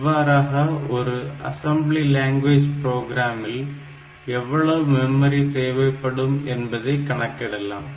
இவ்வாறாக ஒரு assembly language புரோகிராமில் எவ்வளவு மெமரி தேவைப்படும் என்பதை கணிக்கலாம்